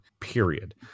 period